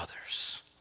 others